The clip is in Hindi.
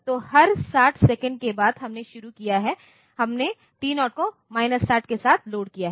तो हर 60 सेकंड के बाद हमने शुरू किया है हमने T0 को माइनस 60 के साथ लोड किया है